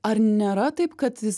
ar nėra taip kad jis